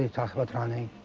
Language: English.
talk about running.